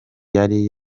yari